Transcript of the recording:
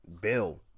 Bill